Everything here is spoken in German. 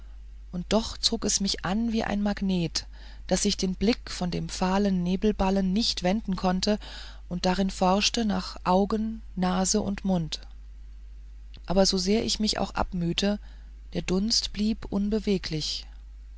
und doch zog es mich wie ein magnet daß ich den blick von dem fahlen nebelballen nicht wenden konnte und darin forschte nach augen nase und mund aber so sehr ich mich auch abmühte der dunst blieb unbeweglich